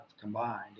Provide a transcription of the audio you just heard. combined